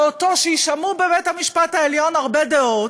ושישמעו בבית-המשפט העליון הרבה דעות,